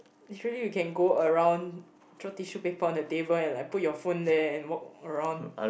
literally you can go around throw tissue paper on the table and like put your phone there and walk around